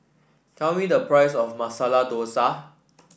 tell me the price of Masala Dosa